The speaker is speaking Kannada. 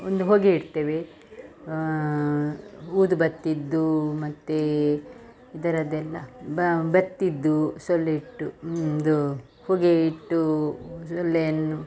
ಒಂದು ಹೊಗೆ ಇಡ್ತೇವೆ ಊದು ಬತ್ತೀದು ಮತ್ತು ಇದರದ್ದೆಲ್ಲ ಬತ್ತೀದು ಸೊಳ್ಳೆ ಇಟ್ಟು ಇದು ಹೊಗೆಯಿಟ್ಟು ಸೊಳ್ಳೆಯನ್ನು